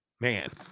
Man